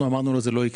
אמרנו לו שזה לא יקרה.